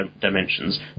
dimensions